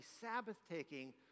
Sabbath-taking